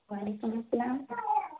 وعلیکم السلام